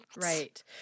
right